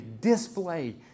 display